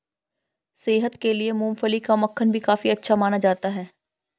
सेहत के लिए मूँगफली का मक्खन भी काफी अच्छा माना जाता है